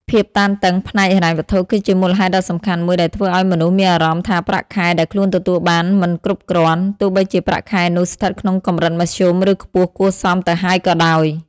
ភាពតានតឹងផ្នែកហិរញ្ញវត្ថុ គឺជាមូលហេតុដ៏សំខាន់មួយដែលធ្វើឲ្យមនុស្សមានអារម្មណ៍ថាប្រាក់ខែដែលខ្លួនទទួលបានមិនគ្រប់គ្រាន់ ទោះបីជាប្រាក់ខែនោះស្ថិតក្នុងកម្រិតមធ្យម ឬខ្ពស់គួរសមទៅហើយក៏ដោយ។